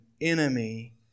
enemy